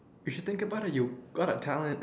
you should think about it you got the talent